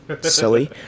silly